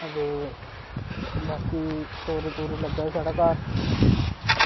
ते बाकी तोरी लग्गै दी साढ़े घर